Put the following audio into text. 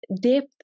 Depth